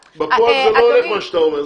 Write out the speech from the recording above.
בפועל זה לא הולך מה שאתה אומר,